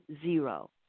zero